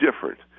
different